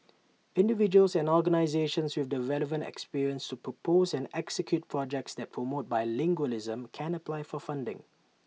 individuals and organisations with the relevant experience to propose and execute projects that promote bilingualism can apply for funding